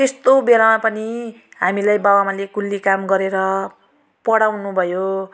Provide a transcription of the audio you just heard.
त्यस्तो बेलामा पनि हामीलाई बाउ आमाले कुल्ली काम गरेर पढाउनु भयो